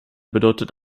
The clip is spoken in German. bedeutet